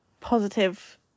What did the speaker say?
positive